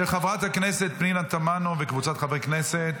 של חברת הכנסת פנינה תמנו וקבוצת חברי הכנסת.